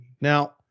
Now